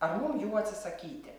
ar mum jų atsisakyti